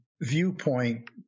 viewpoint